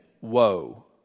woe